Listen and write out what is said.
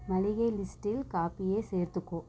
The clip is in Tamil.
மளிகை லிஸ்ட்டில் காஃபியை சேர்த்துக்கோ